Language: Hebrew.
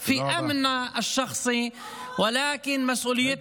(אנחנו משלמים את מחירו של הכישלון הפוליטי שהיה כאן בשנה שעברה,